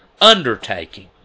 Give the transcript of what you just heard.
undertaking